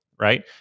right